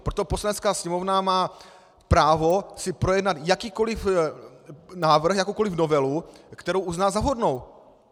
Proto Poslanecká sněmovna má právo si projednat jakýkoliv návrh, jakoukoliv novelu, kterou uzná za vhodnou.